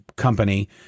company